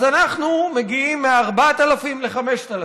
אז אנחנו מגיעים מ-4000 ל-5000.